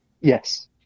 Yes